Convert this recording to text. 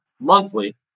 monthly